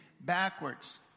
backwards